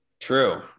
True